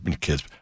kids